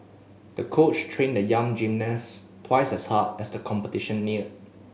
the coach trained the young gymnast twice as hard as the competition neared